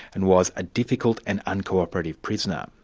and was a difficult and unco-operative prisoner.